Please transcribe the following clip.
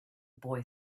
boy